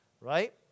right